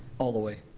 all the way.